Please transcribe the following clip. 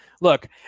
look